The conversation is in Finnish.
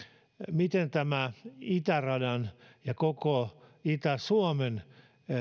miten tämä itärata ja koko itä suomen